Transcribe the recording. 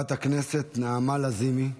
חברת הכנסת נעמה לזימי.